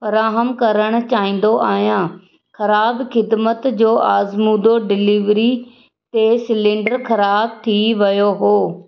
रहाम करण चाहींदो आहियां ख़राब ख़िदमत जो आज़मूदो डिलेविरी ते सिलेंडर ख़राब थी वियो हो